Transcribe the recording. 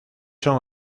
son